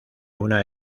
una